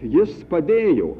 jis padėjo